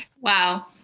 Wow